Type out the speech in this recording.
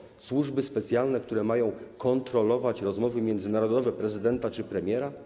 No na Boga, służby specjalne, które mają kontrolować rozmowy międzynarodowe prezydenta czy premiera?